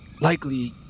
likely